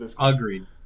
Agreed